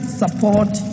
support